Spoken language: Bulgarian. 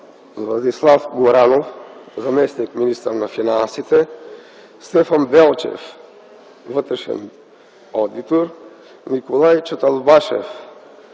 Владислав Горанов – заместник-министър на финансите, Стефан Велчев – вътрешен одитор, Николай Чатълбашев